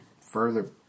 further